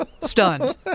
Stunned